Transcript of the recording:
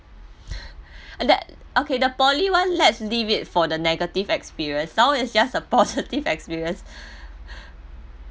that okay the poly one let's leave it for the negative experience now is just the positive experience